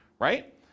right